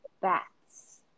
bats